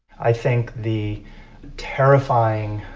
i think the terrifying